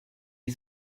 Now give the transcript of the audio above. est